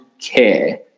care